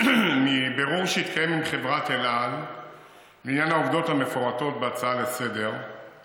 מבירור שהתקיים עם חברת אל על לעניין העובדות המפורטות בהצעה לסדר-היום,